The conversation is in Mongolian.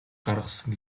гаргасан